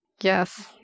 Yes